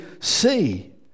see